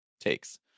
takes